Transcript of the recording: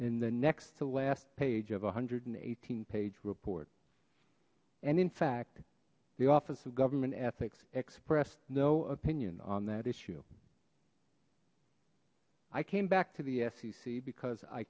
in the next to last page of a hundred and eighteen page report and in fact the office of government ethics expressed no opinion on that issue i came back to the sec because i